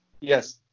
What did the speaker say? Yes